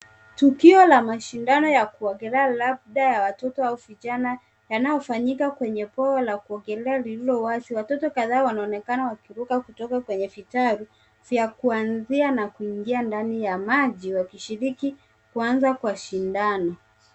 Tukio la mashindano ya kuogelea labda ya watoto au vijana yanayofanyika kwenye mbwa wa kuongelea lililo wazi. Watoto kadhaa wanaonekana kuruka kutoka kwenye vitaru vya kuanzia na kuingia ndani ya maji wakishiriki kuanza kwa shindano.